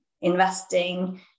investing